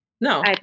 No